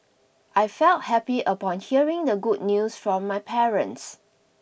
I felt happy upon hearing the good news from my parents